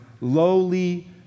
lowly